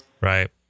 Right